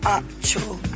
actual